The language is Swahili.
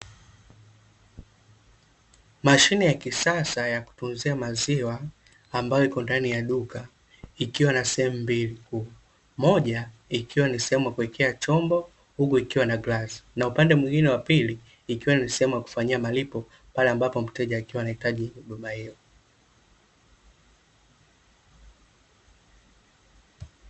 Mashine ya kisasa ya kutunzia maziwa ambayo iko ndani ya duka ikiwa na sehemu mbili kuu; moja ikiwa ni sehemu ya kuwekea chombo huku ikiwa na glasi, na upande mwingine wa pili ikiwa ni sehemu ya kufanyia malipo pale ambapo mteja akiwa anahitaji huduma hiyo.